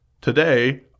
Today